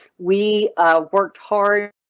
we worked hard.